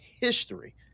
history